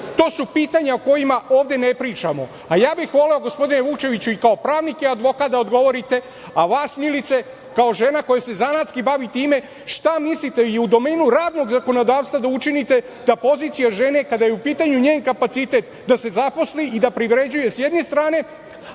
To su pitanja o kojima ovde ne pričamo. Ja bih voleo, gospodine Vučeviću, i kao pravnik i kao advokat da odgovorite, a vas Milice, kao žena koja se zanatski bavi time, šta mislite i u domenu radnog zakonodavstva da učinite da pozicija žene kada je u pitanju njen kapacitet da se zaposli i da privređuje, s jedne strane,